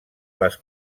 les